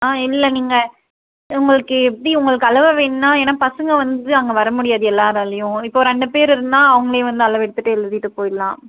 ஆ இல்லை நீங்கள் உங்களுக்கு எப்படி உங்களுக்கு அளவு வேணுன்னா ஏன்னா பசங்க வந்து அங்கே வர முடியாது எல்லாராலையும் இப்போ ரெண்டு பேர் இருந்தால் அவங்ளே வந்து அளவெடுத்துட்டு எழுதிட்டு போயிர்லாம்